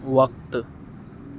وقت